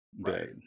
right